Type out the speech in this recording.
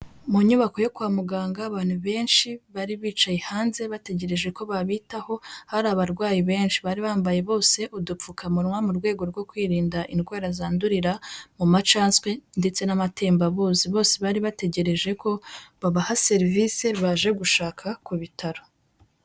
Mu nyubako yo kwa muganga abantu benshi bari bicaye hanze bategereje ko babitaho, hari abarwayi benshi, bari bambaye bose udupfukamunwa, mu rwego rwo kwirinda indwara zandurira mu macandwe ndetse n'amatembabuzi, bose bari bategereje ko babaha serivisi baje gushaka ku bitaro.